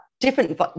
Different